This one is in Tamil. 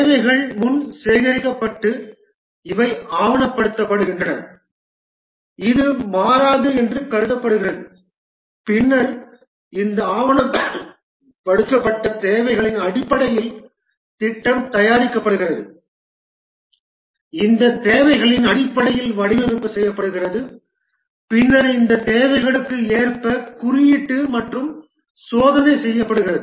தேவைகள் முன் சேகரிக்கப்பட்டு இவை ஆவணப்படுத்தப்படுகின்றன இது மாறாது என்று கருதப்படுகிறது பின்னர் இந்த ஆவணப்படுத்தப்பட்ட தேவைகளின் அடிப்படையில் திட்டம் தயாரிக்கப்படுகிறது இந்த தேவைகளின் அடிப்படையில் வடிவமைப்பு செய்யப்படுகிறது பின்னர் இந்த தேவைகளுக்கு ஏற்ப குறியீட்டு மற்றும் சோதனை செய்யப்படுகிறது